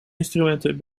instrumenten